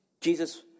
Jesus